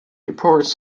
reports